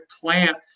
plant